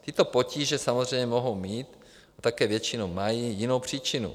Tyto potíže samozřejmě mohou mít, a také většinou mají, jinou příčinu.